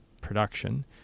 production